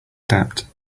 adapt